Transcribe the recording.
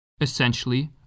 Essentially